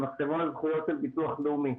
מוגדר במחשבון הזכויות של ביטוח לאומי,